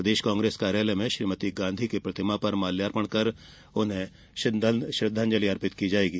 प्रदेश Congress कार्यालय में श्रीमती गांधी की प्रतिमा पर माल्यार्पण कर श्रद्धांजलि अर्पित की जायेगी